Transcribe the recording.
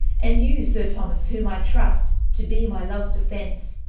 and you, sir thomas, whom i truste to bee my loves defence,